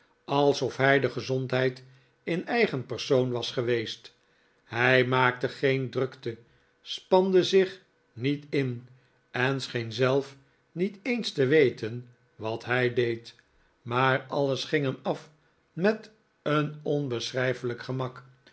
alsof hij de gezondheid in eigen persoon was geweest hij maakte geen drukte spande zich niet in en scheen zelf niet eens te weten wat hij deed maar alles ging hem af met een onbeschrijfelijk gemak